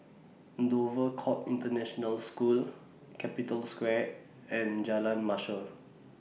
Dover Court International School Capital Square and Jalan Mashor